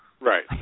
Right